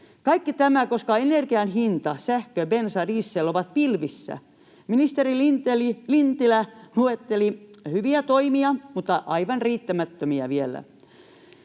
Kaikki tämä, koska energian hinta, sähkö, bensa, diesel, ovat pilvissä. Ministeri Lintilä luetteli hyviä toimia, mutta aivan riittämättömiä vielä.